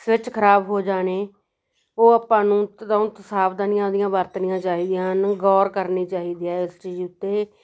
switch ਖਰਾਬ ਹੋ ਜਾਣੇ ਉਹ ਆਪਾਂ ਨੂੰ ਸਾਵਧਾਨੀਆਂ ਆਪਦੀਆਂ ਵਰਤਣੀਆਂ ਚਾਹੀਦੀਆਂ ਗੌਰ ਕਰਨੀ ਚਾਹੀਦੀ ਹੈ ਇਸ ਚੀਜ਼ ਉੱਤੇ